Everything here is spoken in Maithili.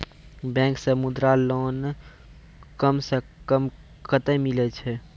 बैंक से मुद्रा लोन कम सऽ कम कतैय मिलैय छै?